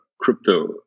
crypto